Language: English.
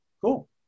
cool